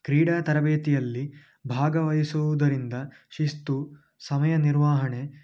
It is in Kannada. ಕ್ರೀಡಾ ತರಬೇತಿಯಲ್ಲಿ ಭಾಗವಹಿಸುವುದರಿಂದ ಶಿಸ್ತು ಸಮಯ ನಿರ್ವಹಣೆ